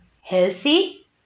healthy